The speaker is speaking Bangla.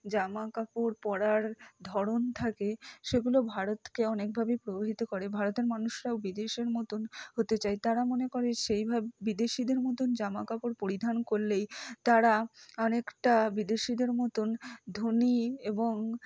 জামা কাপড় পরার ধরন থাকে সেগুলো ভারতকে অনেকভাবেই প্রভাবিত করে ভারতের মানুষরাও বিদেশের মতন হতে চায় তারা মনে করে সেইভাবে বিদেশিদের মতন জামা কাপড় পরিধান করলেই তারা অনেকটা বিদেশিদের মতন ধনী এবং